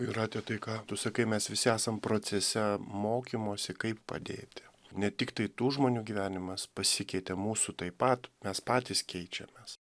jūrate tai ką tu sakai mes visi esam procese mokymosi kaip padėti ne tiktai tų žmonių gyvenimas pasikeitė mūsų taip pat mes patys keičiamės